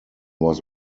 was